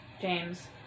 James